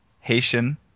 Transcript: Haitian